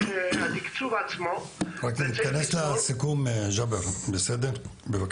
תתכנס לסיכום בבקשה.